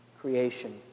creation